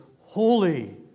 holy